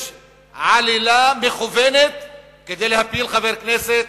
יש עלילה מכוונת כדי להפיל חבר כנסת,